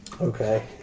Okay